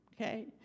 okay